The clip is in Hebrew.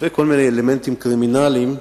וכל מיני אלמנטים קרימינליים,